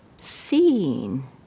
seeing